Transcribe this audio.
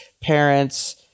parents